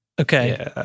Okay